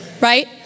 right